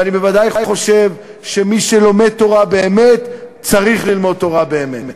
ואני בוודאי חושב שמי שלומד תורה באמת צריך ללמוד תורה באמת.